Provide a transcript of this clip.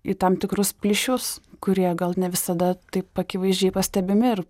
į tam tikrus plyšius kurie gal ne visada taip akivaizdžiai pastebimi ir